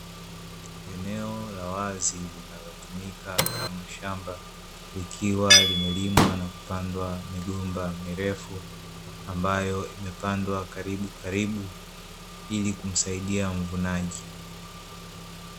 Eneo la wazi linalotumika kama shamba likiwa limelimwa na kupandwa migomba mirefu ambayo imepandwa karibu karibu ili kumsaidia mvunaji.